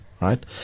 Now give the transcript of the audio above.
Right